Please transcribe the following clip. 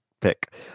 pick